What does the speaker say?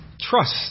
trust